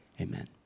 amen